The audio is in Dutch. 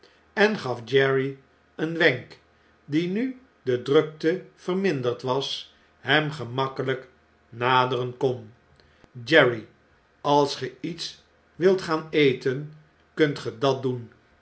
en gaf jerry een wenk die nu de drukte verminderd was hem gemakkehjk naderen kon jerry als ge iets wilt gaan eten kunt ge dat doen